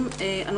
עם כל